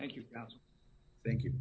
thank you thank you